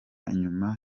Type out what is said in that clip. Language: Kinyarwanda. inyuma